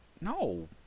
No